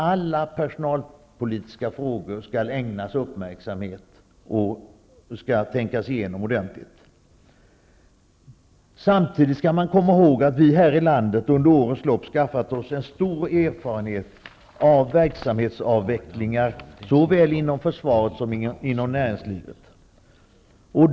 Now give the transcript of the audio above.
Alla personalpolitiska frågor skall ägnas uppmärksamhet och tänkas igenom ordentligt, men samtidigt skall man komma ihåg att vi här i landet under årens lopp har skaffat oss stor erfarenhet av verksamhetsavvecklingar såväl inom försvaret som inom näringslivet.